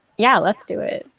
yeah let's do it.